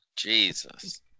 Jesus